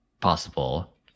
possible